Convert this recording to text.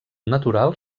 natural